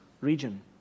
region